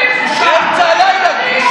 בושה, בושה, בושה, באמצע הלילה?